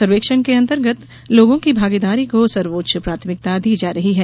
सर्वेक्षण के अंतर्गत लोगों की भागीदारी को सर्वोच्च प्राथमिकता दी जा रही है